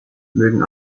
mögen